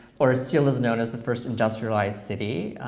or still is known as the first industrialized city,